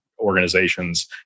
Organizations